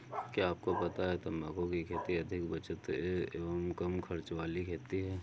क्या आपको पता है तम्बाकू की खेती अधिक बचत एवं कम खर्च वाली खेती है?